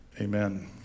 amen